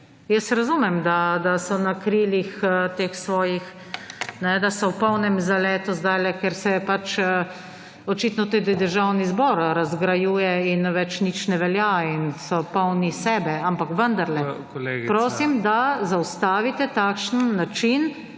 Jaz razumem, da so na krilih, da so zdaj v polnem zaletu, ker se očitno tudi Državni zbor razgrajuje in nič več ne velja in so polni sebe. Ampak vendarle prosim, da zaustavite takšen način,